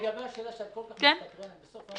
לגבי השאלה שאת כל כך מסתקרנת --- שם.